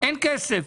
אין כסף.